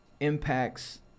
Impacts